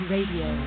Radio